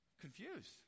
confused